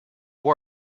work